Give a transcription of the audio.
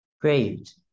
Great